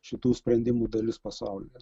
šitų sprendimų dalis pasaulyje